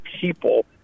people